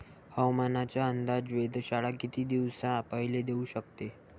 हवामानाचा अंदाज वेधशाळा किती दिवसा पयले देऊ शकते?